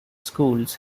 schools